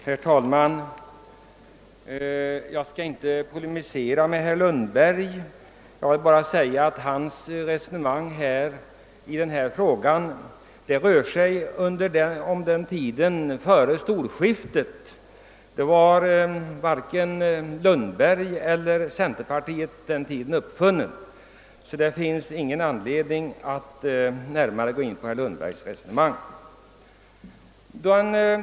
Herr talman! Jag skall inte polemisera mot herr Lundberg. Låt mig bara påpeka att herr Lundbergs resonemang rör sig i tiden före storskiftet — då varken herr Lundberg eller centerpartiet var uppfunna! Det finns alltså ingen anledning att gå närmare in på herr Lundbergs resonemang.